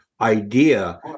idea